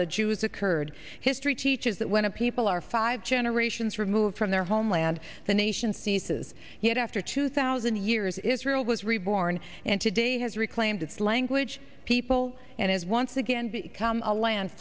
the jews occurred history teaches that when a people are five generations removed from their homeland the nation ceases yet after two thousand years israel was reborn and today has reclaimed its language people and is once again